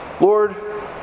Lord